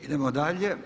Idemo dalje.